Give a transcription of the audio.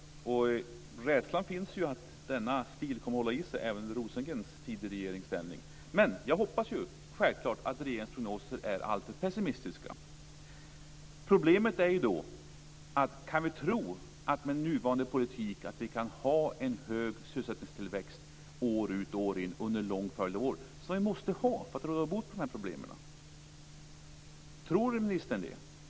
Rädslan finns för att denna stil kommer att hålla i sig även under Rosengrens tid i regeringsställning. Men jag hoppas självfallet att regeringens prognoser är alltför pessimistiska. Problemet är om vi kan tro att vi med nuvarande politik kan ha en hög sysselsättningstillväxt år ut och år in under en lång följd av år, som vi måste ha för att råda bot på de här problemen. Tror ministern det?